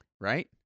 Right